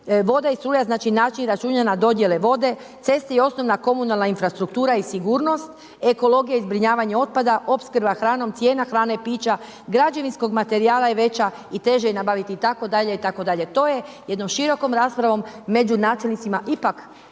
voda i struja, znači način računanja dodjele vode, ceste i osnovna komunalna infrastruktura i sigurnost, ekologija i zbrinjavanje otpada, opskrba hranom, cijena hrane, pića, građevinskog materijala je veća i teže je nabaviti itd., itd. To je jednom širokom raspravom među načelnicima ipak